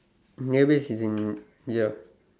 naval base is in ya